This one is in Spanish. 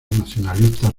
nacionalistas